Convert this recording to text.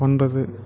ஒன்பது